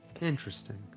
Interesting